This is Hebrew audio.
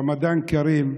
רמדאן כרים.